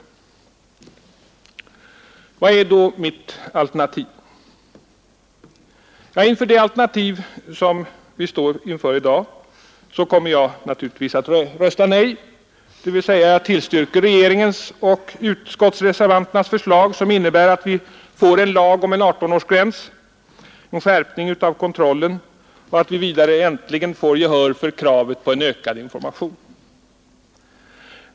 Vad är då mitt alternativ? Ja, med det alternativ som vi står inför i dag kommer jag naturligtvis att rösta nej, dvs. jag tillstyrker regeringens och utskottsreservanternas förslag, som innebär att vi får en lag om en 18-årsgräns och en skärpning av kontrollen samt att vi äntligen får gehör för kravet på ökad information.